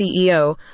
CEO